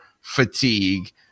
fatigue